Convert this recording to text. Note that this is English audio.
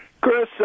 Chris